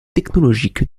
technologique